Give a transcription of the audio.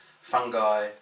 fungi